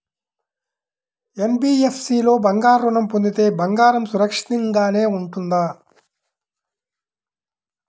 NBFC లో బంగారు ఋణం పొందితే బంగారం సురక్షితంగానే ఉంటుందా?